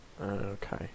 okay